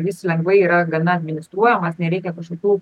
jis lengvai yra gana administruojamas nereikia kažkokių